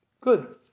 Good